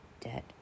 debt